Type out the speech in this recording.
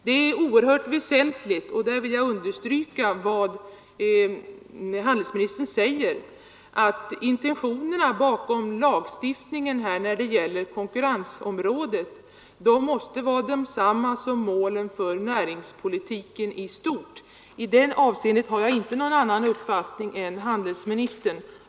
Det är oerhört väsentligt — där vill jag understryka vad handelsministern säger — att intentionerna bakom lagstiftningen beträffande konkurrensområdet måste vara desamma som målen för näringspolitiken i stort. I det avseendet har jag inte någon annan uppfattning än handelsministern.